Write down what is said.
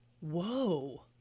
Whoa